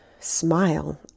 smile